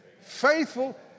Faithful